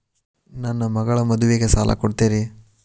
ನನ್ನ ಮಗಳ ಮದುವಿಗೆ ಸಾಲ ಕೊಡ್ತೇರಿ?